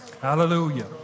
Hallelujah